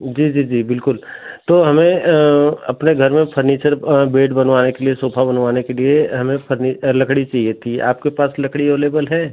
जी जी जी बिल्कुल तो हमें अपने घर में फर्नीचर बेड बनवाने के लिए सोफा बनवाने के लिए हमें फर्नी लकड़ी चाहिए थी आपके पास लकड़ी अवलेबल है